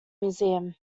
museum